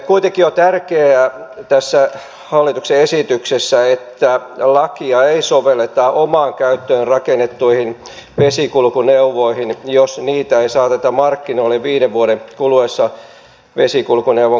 kuitenkin on tärkeää tässä hallituksen esityksessä että lakia ei sovelleta omaan käyttöön rakennettuihin vesikulkuneuvoihin jos niitä ei saateta markkinoille viiden vuoden kuluessa vesikulkuneuvon käyttöönotosta